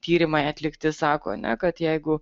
tyrimai atlikti sako ne kad jeigu